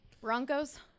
Broncos